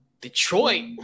Detroit